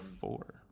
four